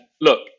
look